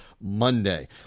monday